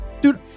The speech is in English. Dude